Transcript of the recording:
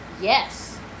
Yes